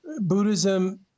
Buddhism